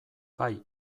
bai